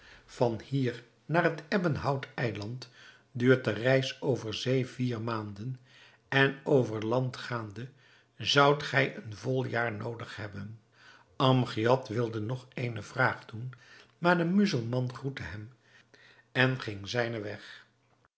van hier naar het ebbenhout eiland duurt de reis over zee vier maanden en over land gaande zoudt gij een vol jaar noodig hebben amgiad wilde nog eene vraag doen maar de muzelman groette hem en ging zijnen weg